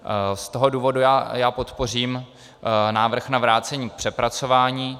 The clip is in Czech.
Z toho důvodu podpořím návrh na vrácení k přepracování.